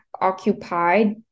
occupied